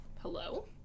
Hello